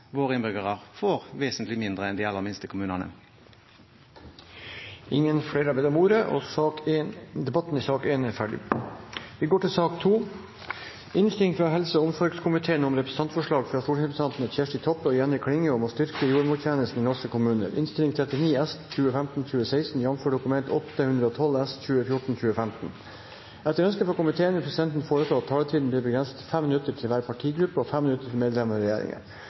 våre innbyggere får vesentlig mindre enn de aller minste kommunene? Flere har ikke bedt om ordet til sak nr. 1. Etter ønske fra helse- og omsorgskomiteen vil presidenten foreslå at taletiden blir begrenset til 5 minutter til hver partigruppe og 5 minutter til medlem av regjeringen.